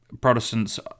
Protestants